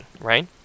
right